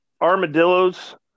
armadillos